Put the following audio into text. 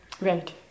Right